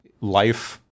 life